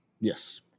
Yes